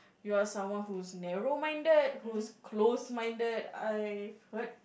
you are someone is who narrow minded who is close minded I heard